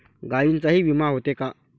गायींचाही विमा होते का?